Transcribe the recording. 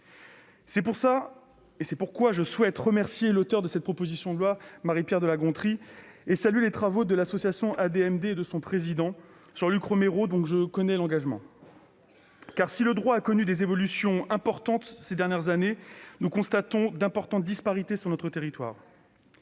de la législation. C'est pourquoi je souhaite remercier l'auteure de cette proposition de loi, Marie-Pierre de La Gontrie, et saluer les travaux de l'association ADMD et de son président, Jean-Luc Romero, dont je connais l'engagement. Il est présent aujourd'hui. Car si le droit a connu des évolutions importantes ces dernières années, nous constatons d'importantes disparités sur notre territoire.